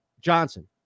Johnson